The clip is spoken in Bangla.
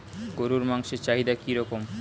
গরুর মাংসের চাহিদা কি রকম?